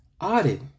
audit